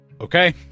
Okay